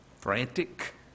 Frantic